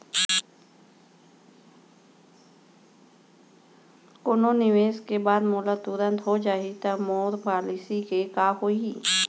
कोनो निवेश के बाद मोला तुरंत हो जाही ता मोर पॉलिसी के का होही?